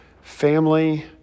Family